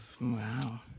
Wow